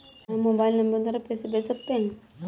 क्या हम mobile number द्वारा पैसे भेज सकते हैं?